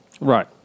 Right